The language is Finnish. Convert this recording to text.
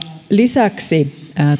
lisäksi